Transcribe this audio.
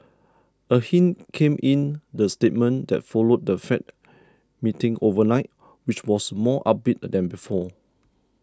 a hint came in the statement that followed the Fed meeting overnight which was more upbeat than before